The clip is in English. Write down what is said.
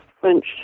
French